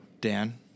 Dan